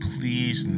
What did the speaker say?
Please